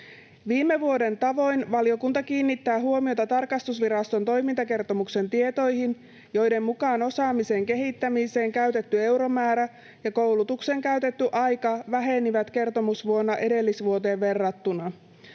Viime vuoden tavoin valiokunta kiinnittää huomiota tarkastusviraston toimintakertomuksen tietoihin, joiden mukaan osaamisen kehittämiseen käytetty euromäärä ja koulutukseen käytetty aika vähenivät kertomusvuonna edellisvuoteen verrattuna.